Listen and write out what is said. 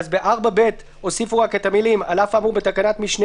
ב-4(ב) אחרי המילים: "על אף האמור בתקנת משנה